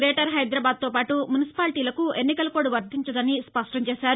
greater హైదరాబాద్తోపాటు మున్సిపాలిటీలకు ఎన్నికల కోడ్ వర్తించదని స్పష్టం చేశారు